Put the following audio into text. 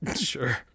sure